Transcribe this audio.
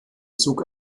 zug